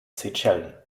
seychellen